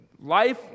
Life